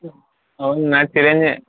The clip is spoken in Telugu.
అవును నాకు చిరంజీవని